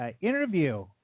interview